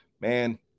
man